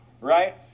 right